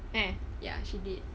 ya she did